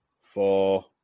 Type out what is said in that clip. four